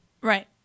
Right